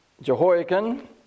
Jehoiakim